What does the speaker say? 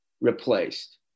replaced